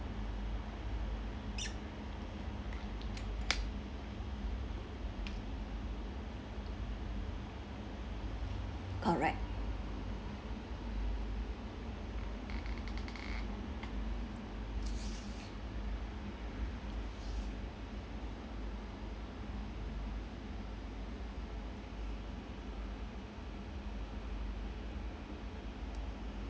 correct